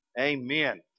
amen